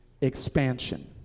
Expansion